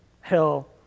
hell